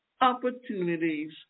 opportunities